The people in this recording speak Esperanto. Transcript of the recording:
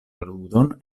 ludon